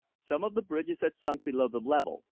some of the bridges had sunk below the level,